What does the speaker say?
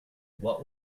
what